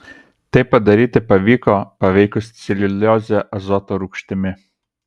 tai padaryti pavyko paveikus celiuliozę azoto rūgštimi